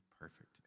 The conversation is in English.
perfect